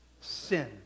sin